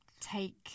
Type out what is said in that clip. take